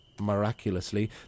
miraculously